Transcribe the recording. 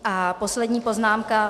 A poslední poznámka.